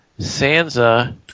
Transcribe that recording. Sansa